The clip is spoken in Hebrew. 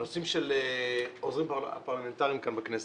הנושא של העוזרים הפרלמנטריים כאן בכנסת.